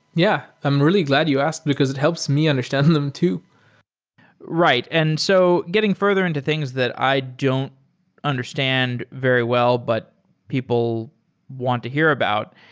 yeah, i'm really glad you asked, because it helps me understand them too right. and so getting further into things that i don't understand very well, but people want to hear about.